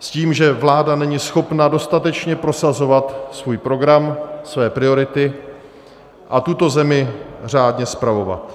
S tím, že vláda není schopna dostatečně prosazovat svůj program, své priority a tuto zemi řádně spravovat.